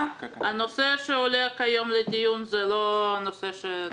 הנושא שעולה היום לדיון הוא לא הנושא שדיברנו עליו כעת.